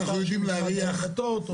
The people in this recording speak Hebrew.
אני מנסה להבין מה התכוונת.